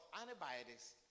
antibiotics